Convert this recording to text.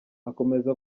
akomeza